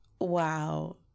Wow